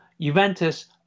Juventus